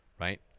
Right